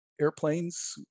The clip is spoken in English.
airplanes